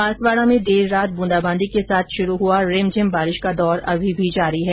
बांसवाड़ा में देर रात बूंदाबादी के साथ शुरू हुआ रिमझिम बारिश का दौर जारी है